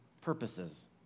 purposes